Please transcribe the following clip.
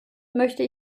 möchte